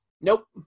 Nope